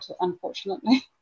unfortunately